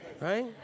Right